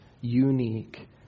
unique